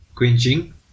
quenching